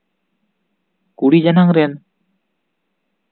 ᱠᱩᱲᱤ ᱡᱟᱱᱟᱝ ᱨᱮᱱ